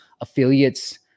affiliates